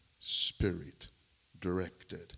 spirit-directed